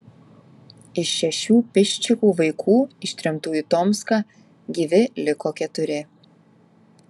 iš šešių piščikų vaikų ištremtų į tomską gyvi liko keturi